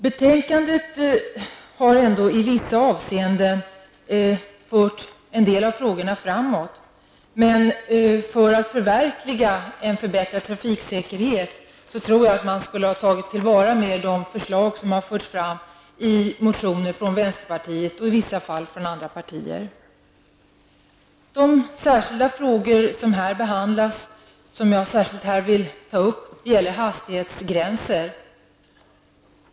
Betänkandet har ändå i vissa avseenden fört en del av frågorna framåt. För att förverkliga en förbättring av trafiksäkerheten borde man enligt min uppfattning i högre grad ha tagit till vara de förslag som har förts fram i motioner från vänsterpartiet och i vissa fall från andra partier. De frågor som jag här särskilt vill ta upp gäller hastighetsgränser.